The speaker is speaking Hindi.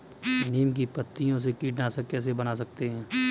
नीम की पत्तियों से कीटनाशक कैसे बना सकते हैं?